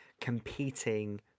competing